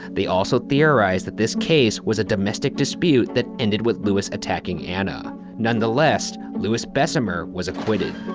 they also theorized that this case was a domestic dispute that ended with louis attacking anna. nonetheless, louis besumer was acquitted.